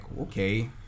okay